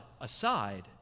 aside